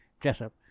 Jessup